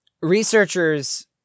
researchers